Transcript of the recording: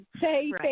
say